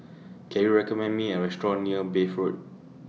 Can YOU recommend Me A Restaurant near Bath Road